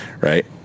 right